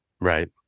Right